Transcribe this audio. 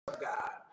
God